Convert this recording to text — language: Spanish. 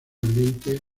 ambiente